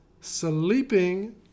sleeping